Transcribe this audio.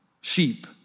sheep